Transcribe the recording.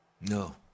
No